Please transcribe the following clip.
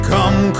Come